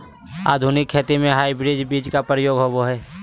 आधुनिक खेती में हाइब्रिड बीज के प्रयोग होबो हइ